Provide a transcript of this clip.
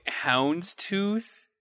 houndstooth